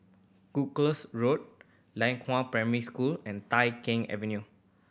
Gloucester Road Lianhua Primary School and Tai Keng Avenue